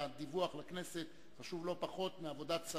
החוץ של